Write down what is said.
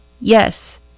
Yes